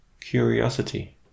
curiosity